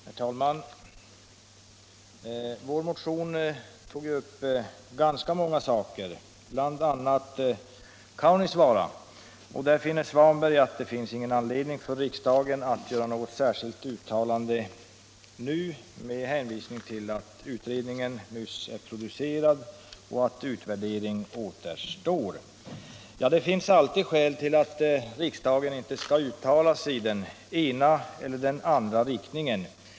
Herr talman! Vår motion tog ju upp ganska många saker, bl.a. Kaunisvaara. Där anser herr Svanberg att det finns ingen anledning för riksdagen att göra något särskilt uttalande nu, detta med hänvisning till att utredningens betänkande nyss är producerat och att utvärdering återstår. Ja, det finns alltid skäl till att riksdagen inte skall uttala sig i den ena eller andra riktningen.